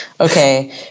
okay